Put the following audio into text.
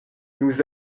nous